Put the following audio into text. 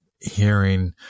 hearing